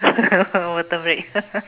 water break